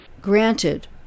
granted